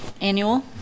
annual